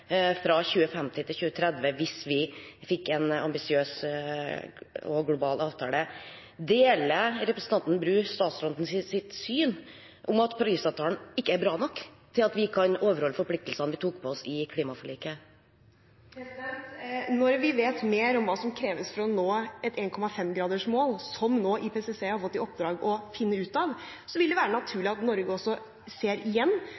fra 2050 til 2030 hvis vi fikk en ambisiøs og global avtale. Deler representanten Bru statsrådens syn om at Paris-avtalen ikke er bra nok til at vi kan overholde forpliktelsene vi tok på oss i klimaforliket? Når vi vet mer om hva som kreves for å nå et 1,5-gradersmål, som nå IPCC har fått i oppdrag å finne ut av, vil det være naturlig at Norge igjen